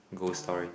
ghost story